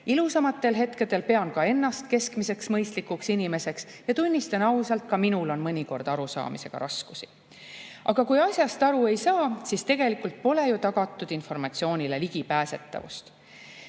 Ilusamatel hetkedel pean ka ennast keskmiseks mõistlikuks inimeseks ja tunnistan ausalt: ka minul on mõnikord arusaamisega raskusi. Aga kui asjast aru ei saa, siis tegelikult pole ju tagatud informatsioonile ligipääsetavus. Seega